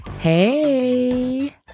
Hey